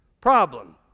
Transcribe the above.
Problem